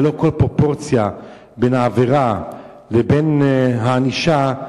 ללא כל פרופורציה בין העבירה לבין הענישה,